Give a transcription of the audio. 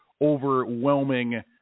overwhelming